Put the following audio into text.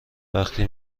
وقتی